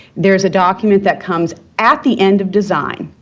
there's a document that comes at the end of design.